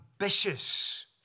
ambitious